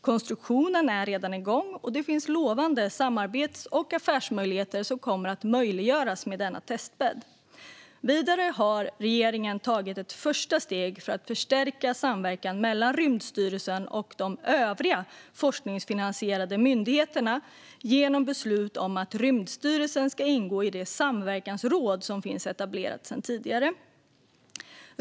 Konstruktionen är redan igång, och det kommer att finnas lovande samarbets och affärsmöjligheter med denna testbädd. Vidare har regeringen tagit ett första steg för att förstärka samverkan mellan Rymdstyrelsen och de övriga forskningsfinansierande myndigheterna genom beslut om att Rymdstyrelsen ska ingå i det samverkansråd som finns etablerat sedan tidigare.